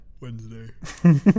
Wednesday